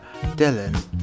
dylan